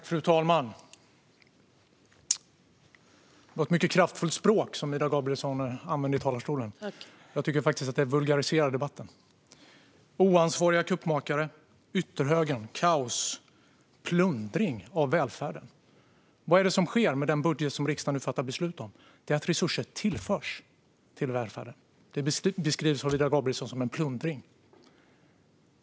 Fru talman! Det var ett mycket kraftfullt språk som Ida Gabrielsson använde i talarstolen. Jag tycker faktiskt att det vulgariserar debatten. Oansvariga kuppmakare, ytterhögern, kaos, plundring av välfärden - vad är det som sker med den budget som riksdagen nu fattar beslut om? Det är att resurser tillförs till välfärden. Det beskriver Ida Gabrielsson som en plundring.